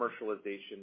commercialization